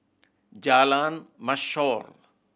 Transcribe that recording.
Jalan Mashor